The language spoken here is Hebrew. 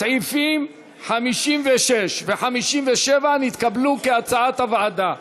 סעיפים 56 ו-57 נתקבלו, כהצעת הוועדה.